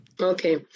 Okay